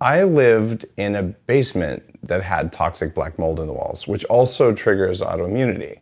i lived in a basement that had toxic black mold in the walls, which also triggers autoimmunity.